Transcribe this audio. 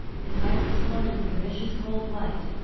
his eyes exploded with a vicious cold light.